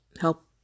help